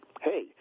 hey